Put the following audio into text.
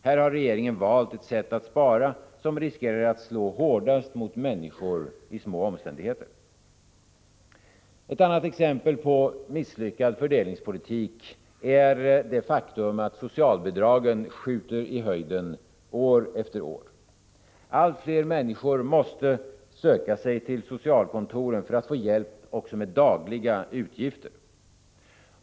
Här har regeringen valt ett sätt att spara som riskerar att slå hårdast mot människor i små omständigheter. Ett annat exempel på misslyckad fördelningspolitik är det faktum att socialbidragen skjuter i höjden år efter år. Allt fler människor måste söka sig till socialkontoren för att få hjälp också med dagliga utgifter.